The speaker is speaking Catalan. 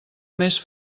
més